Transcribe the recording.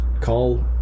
call